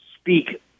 speak